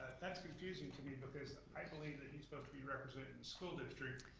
that's confusing to me because i believe that he's supposed to be representing the school district,